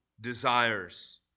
desires